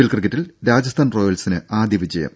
L ക്രിക്കറ്റിൽ രാജസ്ഥാൻ റോയൽസിന് ആദ്യ വിജയം